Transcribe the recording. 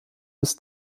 des